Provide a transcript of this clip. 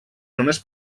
només